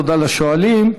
תודה לשואלים.